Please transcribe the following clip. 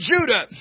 Judah